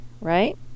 right